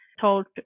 told